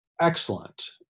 excellent